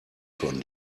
von